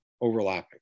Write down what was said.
overlapping